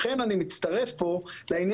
לכן אני מצטרף פה לעניין,